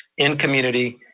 in community,